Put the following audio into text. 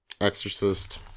Exorcist